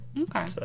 okay